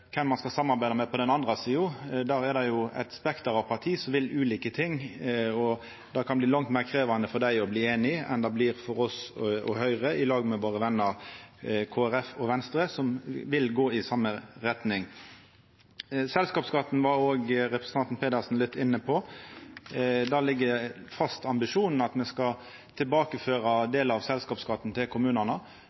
kven ein skal samarbeida med på den andre sida. Der er det eit spekter av parti som vil ulike ting, og det kan bli langt meir krevjande for dei å bli einige enn det blir for oss og Høgre i lag med våre venner Kristeleg Folkeparti og Venstre, som vil gå i same retning. Selskapsskatten var òg representanten Pedersen litt inne på. Der ligg ambisjonen fast, at me skal tilbakeføra delar av selskapsskatten til kommunane.